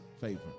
favor